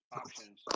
options